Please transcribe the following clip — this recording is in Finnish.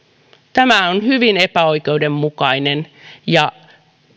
tämä on hyvin epäoikeudenmukainen